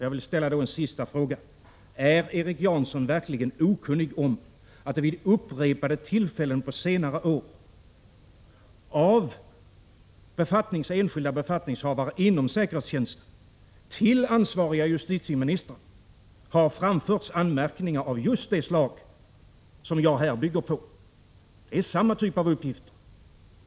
Jag vill då ställa en sista fråga till Erik Janson: Är Erik Janson verkligen okunnig om att det vid upprepade tillfällen under senare år av enskilda befattningshavare inom säkerhetstjänsten till ansvariga justitieministrar har framförts anmärkningar av just det slag som jag här har tagit upp? Det är samma typ av uppgifter.